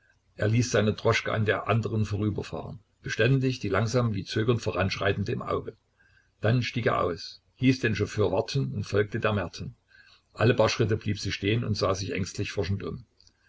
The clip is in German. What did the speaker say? er ließ seine droschke an der andern vorüberfahren beständig die langsam wie zögernd voranschreitende im auge dann stieg er aus hieß den chauffeur warten und folgte der merten alle paar schritte blieb sie stehen und sah sich ängstlich forschend